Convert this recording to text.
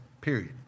period